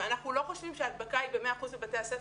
ואנחנו לא חושבים שההדבקה היא ב- 100% בביתי הספר,